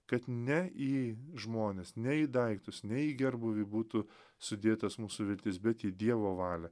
kad ne į žmones nei daiktus ne į gerbūvį būtų sudėtas mūsų vytis bet į dievo valią